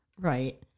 Right